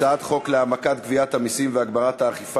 הצעת חוק להעמקת גביית המסים והגברת האכיפה